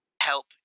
Help